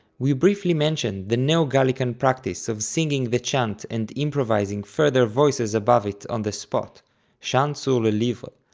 we briefly mentioned the neo-gallican practice of singing the chant and improvising further voices above it on the spot chant sur le livre.